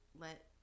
let